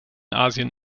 asien